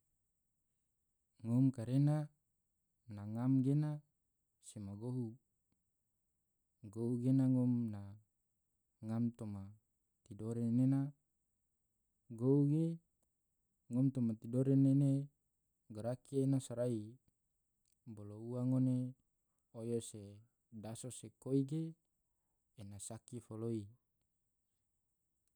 ngom karena na ngam gena sema gohu, gohu gena ngom na ngam toma tidore nena, gohu ge ngom toma tidore nene garaki ena sorai. Bolo ua ngone oyo se daso se koi ge ena saki foloi.